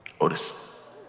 Otis